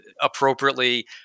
appropriately